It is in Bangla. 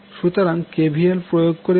সুতরাং KVL প্রয়োগ করে পাই